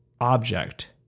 object